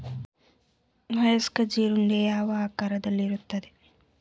ವಯಸ್ಕ ಜೀರುಂಡೆ ಯಾವ ಆಕಾರದಲ್ಲಿರುತ್ತದೆ?